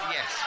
Yes